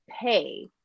pay